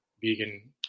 vegan